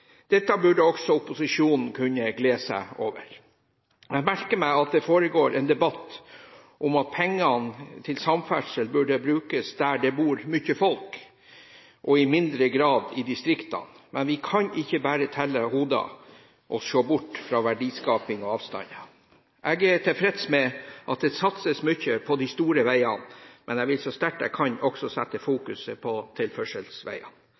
Dette burde også opposisjonen kunne glede seg over. Jeg merker meg at det foregår en debatt om at pengene til samferdsel burde brukes der det bor mye folk, og i mindre grad i distriktene. Men vi kan ikke bare telle hoder og se bort fra verdiskaping og avstander. Jeg er tilfreds med at det satses mye på de store veiene, men jeg vil så sterkt jeg kan også sette fokus på tilførselsveiene.